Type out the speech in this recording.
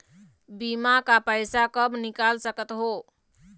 बीमा का पैसा कब निकाल सकत हो?